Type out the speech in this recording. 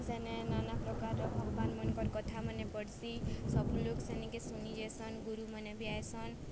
ସେନେ ନାନା ପ୍ରକାରର୍ ଭଗବାନ୍ ମାନ୍ଙ୍କର୍ କଥାମାନ୍କେ ପଢ଼୍ସି ସବୁ ଲୋକ୍ ସେନ୍କେ ଶୁନି ଯାଏସନ୍ ଗୁରୁମାନେ ବି ଆଏସନ୍